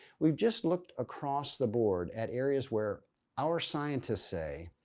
we've just looked across the board at areas where our scientists say,